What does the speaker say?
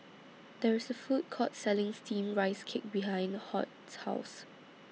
There IS A Food Court Selling Steamed Rice Cake behind Hoyt's House